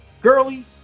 girly